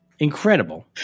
incredible